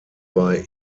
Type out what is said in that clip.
bei